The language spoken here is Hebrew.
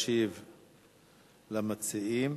ישיב למציעים,